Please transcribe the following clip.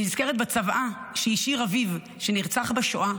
אני נזכרת בצוואה שהשאיר אביו, שנרצח בשואה,